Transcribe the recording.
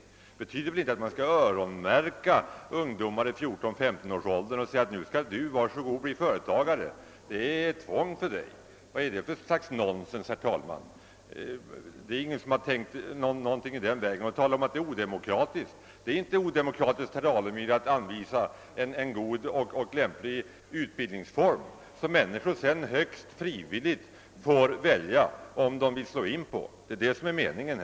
Det betyder väl inte att man skall öronmärka ungdomar i femtonårsåldern och säga: Nu skall du bli företagare, det är du tvungen till. Vad är det för slags nonsens, herr talman? Det är ingen som tänkt någonting i den vägen. Herr Alemyr säger att det är odemokratiskt. Det är inte odemokratiskt, herr Alemyr, att anvisa en god och lämplig utbildning för en bana som vederbörande sedan högst frivilligt får avgöra om hon vill slå in på eller inte. Det är detta som är meningen.